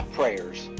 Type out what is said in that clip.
prayers